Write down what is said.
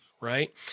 right